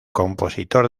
compositor